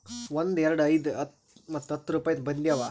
ಒಂದ್, ಎರಡು, ಐಯ್ದ ಮತ್ತ ಹತ್ತ್ ರುಪಾಯಿದು ಬಂದಿ ಅವಾ